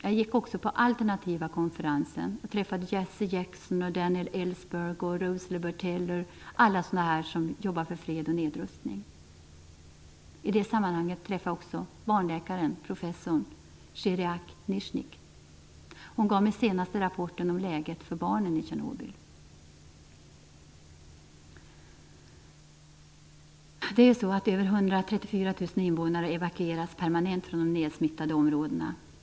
Jag gick också på alternativa konferensen och träffade Jessie Jackson, Daniel Ellsberg, Rosalie Bertell, alla som jobbar för fred och nedrustning. I det sammanhanget träffade jag också barnläkaren, professor Skiriak-Nyshnik. Hon gav mig den senaste rapporten om läget för barnen i Över 134 000 invånare har evakuerats permanent från de nedsmittade områdena.